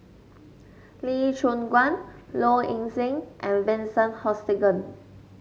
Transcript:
Lee Choon Guan Low Ing Sing and Vincent Hoisington